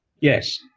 Yes